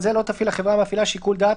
זה יהיה